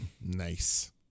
Nice